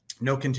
no